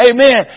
Amen